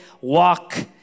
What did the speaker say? walk